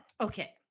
Okay